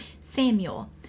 Samuel